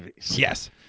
Yes